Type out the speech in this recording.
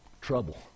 Trouble